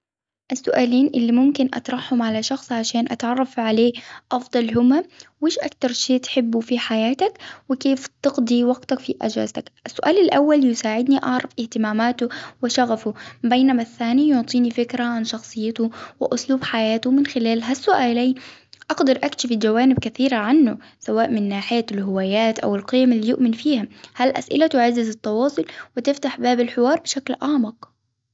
السؤالين اللي ممكن أطرحهم على شخص عشان أتعرف عليه أفضل هما، وايش أكتر شيء تحبه في حياتك؟ وكيف تقضي وقتك في أجازتك؟ السؤال الأول يساعدني أعرف إهتماماته وشغفه ، بينما الثاني يعطيني فكرة عن شخصيته وأسلوب حياته ، من خلال ها السؤالين أقدر أكتب كثيرة عنه سواء من ناحية الهوايات أو القيم اللي يؤمن فيها، هالأسئلة تعزز التواصل وتفتح باب الحوار بشكل أعمق.